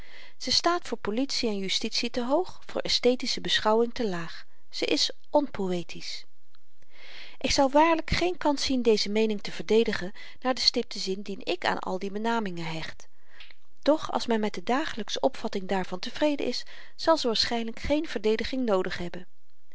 ze staat voor politie en justitie te hoog voor aesthetische beschouwing te laag ze is onpoëtisch ik zou waarlyk geen kans zien deze meening te verdedigen naar den stipten zin dien ik aan al die benamingen hecht doch als men met de dagelyksche opvatting daarvan tevreden is zal ze waarschynlyk geen verdediging noodig hebben